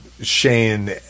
shane